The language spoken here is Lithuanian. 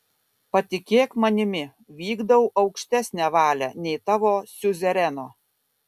patikėk manimi vykdau aukštesnę valią nei tavo siuzereno